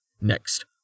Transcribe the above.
Next